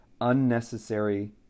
unnecessary